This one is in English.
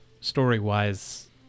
story-wise